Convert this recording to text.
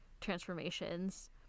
transformations